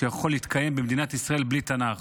שיכול להתקיים במדינת ישראל בלי תנ"ך,